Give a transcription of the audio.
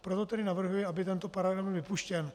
Proto tedy navrhuji, aby tento paragraf byl vypuštěn.